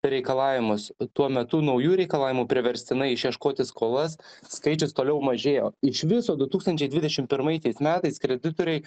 reikalavimus tuo metu naujų reikalavimų priverstinai išieškoti skolas skaičius toliau mažėjo iš viso du tūkstančiai dvidešim pirmaisiais metais kreditoriai